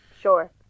Sure